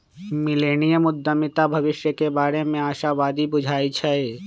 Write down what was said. millennium उद्यमीता भविष्य के बारे में आशावादी बुझाई छै